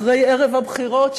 אחרי ערב הבחירות,